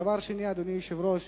דבר שני, אדוני היושב-ראש,